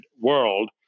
world